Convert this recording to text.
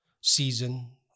season